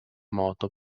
moto